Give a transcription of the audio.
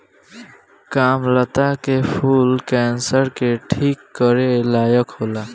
कामलता के फूल कैंसर के ठीक करे लायक होला